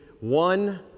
one